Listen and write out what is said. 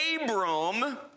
Abram